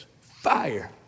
fire